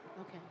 Okay